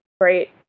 great